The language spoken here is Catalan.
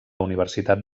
universitat